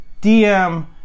DM